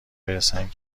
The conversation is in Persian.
برسند